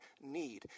need